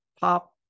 Pop